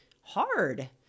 hard